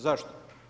Zašto?